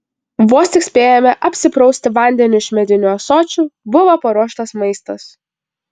vos tik spėjome apsiprausti vandeniu iš medinių ąsočių buvo paruoštas maistas